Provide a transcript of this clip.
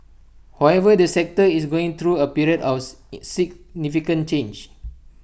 however the sector is going through A period of significant change